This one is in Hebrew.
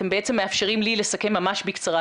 אתם בעצם מאפשרים לי לסכם ממש בקצרה,